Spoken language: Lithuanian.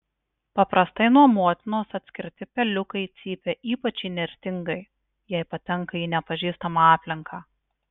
paprastai nuo motinos atskirti peliukai cypia ypač įnirtingai jei patenka į nepažįstamą aplinką